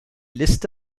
liste